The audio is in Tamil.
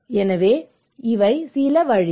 எனவே இவை சில வழிகள்